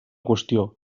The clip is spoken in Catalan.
qüestió